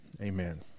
amen